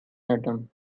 atom